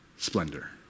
Splendor